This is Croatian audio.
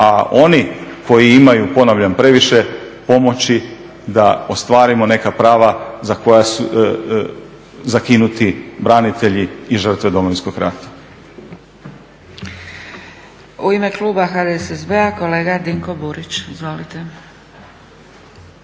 A oni koji imaju ponavljam previše pomoći da ostvarimo neka prava za koja su zakinuti branitelji i žrtve Domovinskog rata. **Zgrebec, Dragica (SDP)** U ime kluba HDSSB-a kolega Dinko Burić. Izvolite.